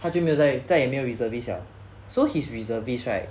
他就没有在再也没有 reservists liao so his reservist right